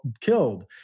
killed